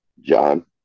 John